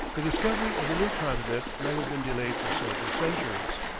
the discovery of the new continent might have been delayed for several centuries.